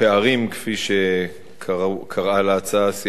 כפי שקראה להצעה סיעת חד"ש,